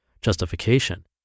justification